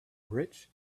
rich